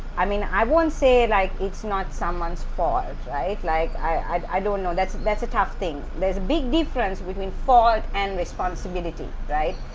i mean i won't say like it's not someone's fault right, like, i don't know. that's that's a tough thing there's a big difference between fault and responsibility, right.